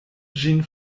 ĝin